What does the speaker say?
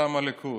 מטעם הליכוד.